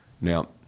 Now